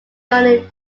johnnie